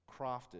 crafted